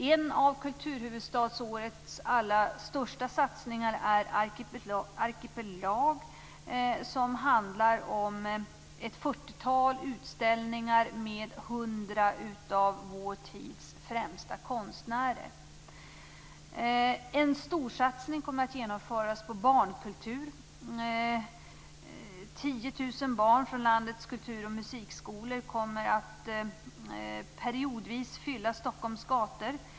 En av kulturhuvudstadsårets allra största satsningar är Arkipelag, som handlar om ett fyrtiotal utställningar med 100 av vår tids främsta konstnärer. En storsatsning på barnkultur kommer att genomföras. 10 000 barn från landets kultur och musikskolor kommer att periodvis fylla Stockholms gator.